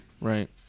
Right